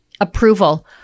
approval